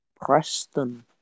Preston